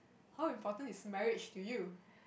how important is marriage to you